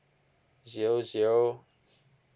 zero zero